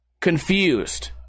confused